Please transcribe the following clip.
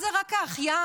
זה רק האחיין,